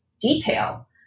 detail